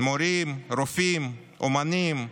מורים, רופאים, אומנים,